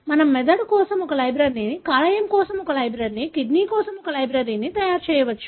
మనం మెదడు కోసం ఒక లైబ్రరీని కాలేయం కోసం ఒక లైబ్రరీని కిడ్నీ కోసం ఒక లైబ్రరీని తయారు చేయవచ్చు